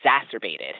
exacerbated